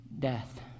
death